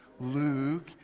Luke